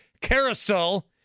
carousel